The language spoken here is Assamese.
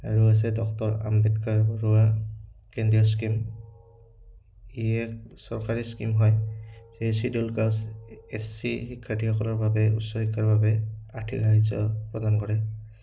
আৰু আছে ডক্টৰ আম্বেদকাৰ বৰুৱা কেন্দ্ৰীয় স্কীম ই এক চৰকাৰী স্কিম হয় এই চিডুল কাষ্ট এছ চি শিক্ষাৰ্থীসকলৰ বাবে উচ্চ শিক্ষাৰ বাবে আৰ্থিক সাহাৰ্য প্ৰদান কৰে